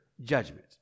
judgment